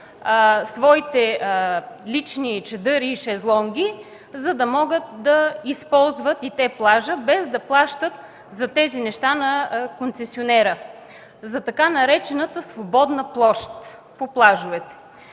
своите лични чадъри и шезлонги, за да могат да използват и те плажа, без да плащат за тези неща на концесионера за така наречената „свободна площ” по плажовете.